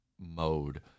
mode